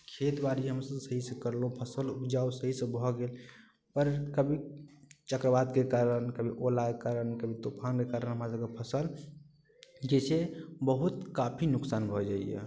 खेत बाड़ी हमसभ सहीसँ करलहुँ उपजाउ से भऽ गेल पर कभी चक्रवातके कारण कभी ओलाके कारण कभी तुफानके कारण हमरासभके फसल जे छै बहुत काफी नोकसान भऽ जाइए